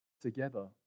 Together